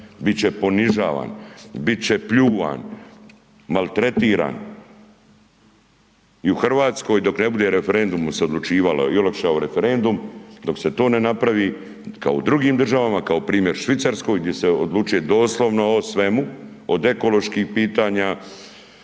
bit će ponižavan, bit će pljuvan, maltretiran i u RH dok ne bude referendumom se odlučivalo i olakšao referendum, dok se to ne napravi kao u drugim državama, kao primjer Švicarskoj gdje se odlučuje doslovno o svemu, od ekoloških pitanja,